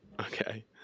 Okay